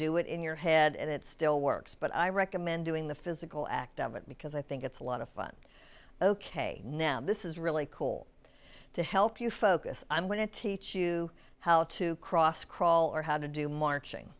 do it in your head and it still works but i recommend doing the physical act of it because i think it's a lot of fun ok now this is really cool to help you focus i'm going to teach you how to cross crawl or how to do marching